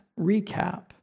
recap